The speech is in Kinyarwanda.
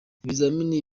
ibizamini